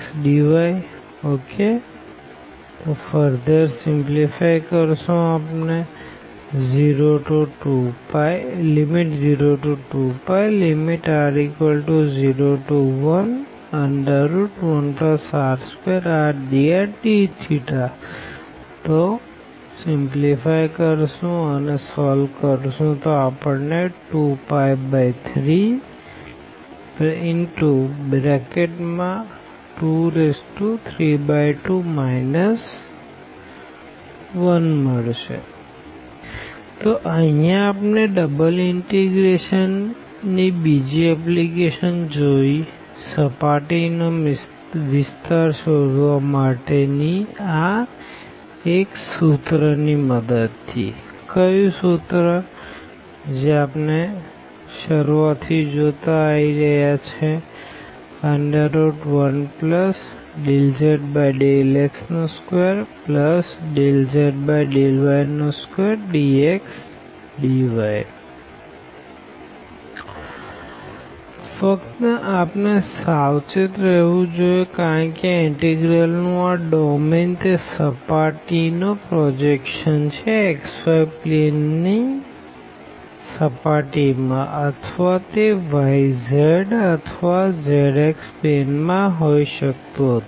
zxyzyx S∬D1x2y2dxdy S02πr011r2rdrdθ 02π12231r23201dθ 2π3232 1 તો અહિયાં આપણે ડબલ ઇનટીગ્રેશન ની બીજી એપ્લીકેશન જોયી સર્ફેસ નો વિસ્તાર શોધવા માટે ની આ એક સૂત્ર ની મદદ થી ∬D1∂z∂x2∂z∂y2dxdy ફક્ત આપણે સાવચેત રહેવું જોઈએ કે આ ઇનટેગ્રલનું આ ડોમેન તે સર્ફેસનો પ્રોજેક્શન છે xy પ્લેન ના સર્ફેસ માં અથવા તે yz અથવા zx પ્લેન માં હોઈ શકતું હતું